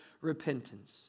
repentance